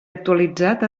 actualitzat